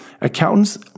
Accountants